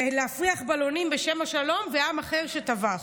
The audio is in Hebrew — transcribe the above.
להפריח בלונים בשם השלום, ועם אחר שטבח,